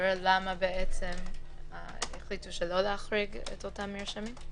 למה החליטו לא להחריג את אותם מרשמים?